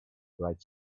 bright